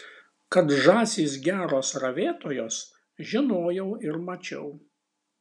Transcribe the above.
kad žąsys geros ravėtojos žinojau ir mačiau